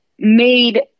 Made